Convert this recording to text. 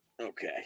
Okay